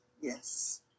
Yes